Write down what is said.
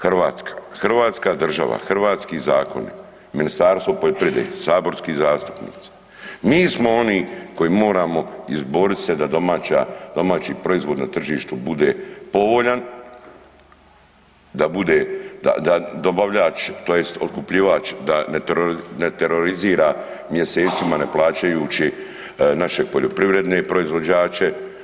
Hrvatska, hrvatska država, hrvatski zakon, Ministarstvo poljoprivrede, saborski zastupnici, mi smo oni koji moramo izborit se da domaći proizvod na tržištu bude povoljan, da dobavljač tj. otkupljivač da ne terorizira mjesecima ne plaćajući naše poljoprivredne proizvođače.